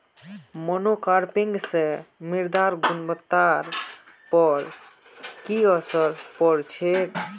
monocropping स मृदार गुणवत्ता पर की असर पोर छेक